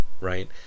right